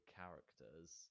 characters